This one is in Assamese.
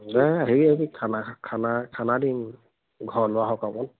দে হেৰি হেৰি খানা খানা খানা দিম ঘৰ লোৱা সকামত